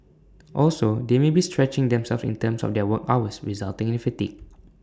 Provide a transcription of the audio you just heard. also they may be stretching themselves in terms of their work hours resulting in fatigue